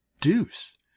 deuce